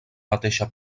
mateixa